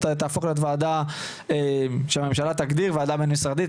תהפוך להיות וועדה שהממשלה תגדיר "וועדה בין משרדית",